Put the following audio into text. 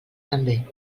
també